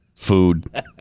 Food